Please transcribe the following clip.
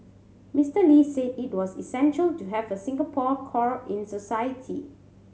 Mister Lee said it was essential to have a Singapore core in society